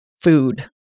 food